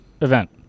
event